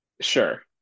sure